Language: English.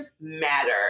matter